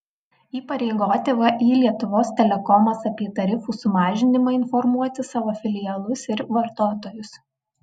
įpareigoti vį lietuvos telekomas apie tarifų sumažinimą informuoti savo filialus ir vartotojus